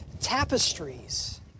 tapestries